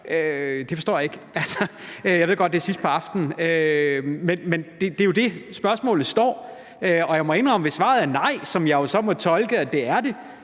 Det forstår jeg ikke. Jeg ved godt, det er sidst på aftenen, men det er jo der, spørgsmålet står. Og jeg må indrømme, at hvis svaret er nej, som jeg jo så må tolke det